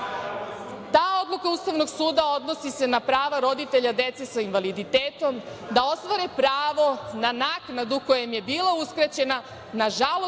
Ta odluka Ustavnog suda odnosi se na prava roditelja dece sa invaliditetom da ostvare pravo na naknadu koja im je bila uskraćena nažalost